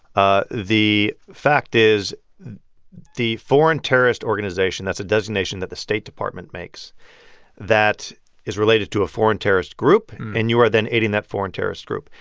ah the fact is the foreign terrorist organization that's a designation that the state department makes that is related to a foreign terrorist group and you are then aiding that foreign terrorist group.